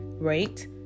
rate